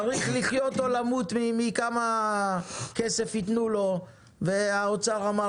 צריך לחיות או למות מכמה כסף יתנו לו והאוצר אמר